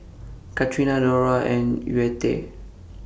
Catrina Dora and Yvette